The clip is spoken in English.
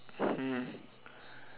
hmm